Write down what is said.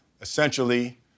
essentially